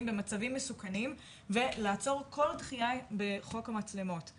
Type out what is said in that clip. במצבים מסוכנים ולעצור כל דחייה בחוק המצלמות.